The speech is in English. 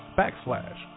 backslash